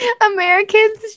Americans